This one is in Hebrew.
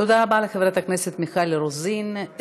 תודה רבה לחברת הכנסת מיכל רוזין.